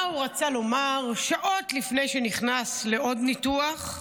מה הוא רצה לומר שעות לפני שנכנס לעוד ניתוח?